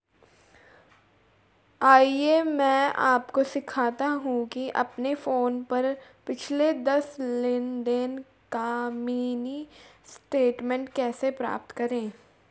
आइए मैं आपको सिखाता हूं कि अपने फोन पर पिछले दस लेनदेन का मिनी स्टेटमेंट कैसे प्राप्त करें